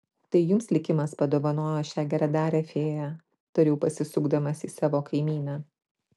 tai jums likimas padovanojo šią geradarę fėją tariau pasisukdamas į savo kaimyną